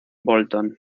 bolton